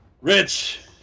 Rich